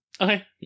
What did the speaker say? Okay